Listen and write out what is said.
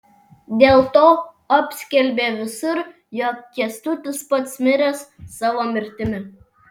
dėlto apskelbė visur jog kęstutis pats miręs savo mirtimi